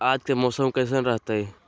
आज के मौसम कैसन रहताई?